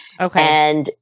Okay